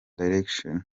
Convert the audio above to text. direction